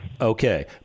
Okay